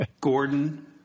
Gordon